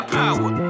power